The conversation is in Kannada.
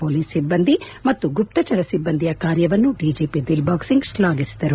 ಪೊಲೀಸ್ ಸಿಬ್ಬಂದಿ ಮತ್ತು ಗುಪ್ತಚರ ಸಿಬ್ಬಂದಿಯ ಕಾರ್ಯವನ್ನು ಡಿಜೆಪಿ ದಿಲ್ಬಾಗ್ ಸಿಂಗ್ ಶ್ಲಾಘಿಸಿದರು